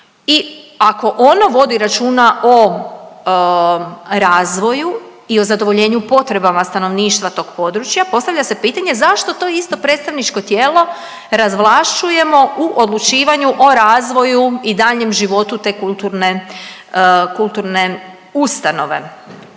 i ako ono vodi računa o razvoju i o zadovoljenju potrebama stanovništva tog područja, postavlja se pitanje zašto to isto predstavničko tijelo razvlašćujemo u odlučivanju o razvoju i daljnjem životu te kulturne ustanove?